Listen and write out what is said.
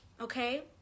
Okay